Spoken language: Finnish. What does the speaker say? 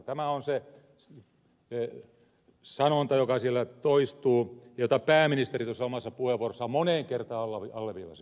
tämä on se sanonta joka toistuu ja jota pääministeri omassa puheenvuorossaan moneen kertaan alleviivasi